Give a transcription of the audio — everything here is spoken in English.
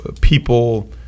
people